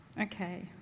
Okay